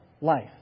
life